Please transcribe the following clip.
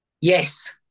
Yes